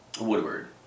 Woodward